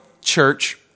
Church